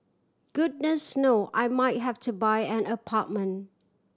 goodness know I might have to buy an apartment